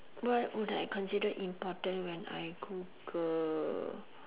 what would I consider important when I google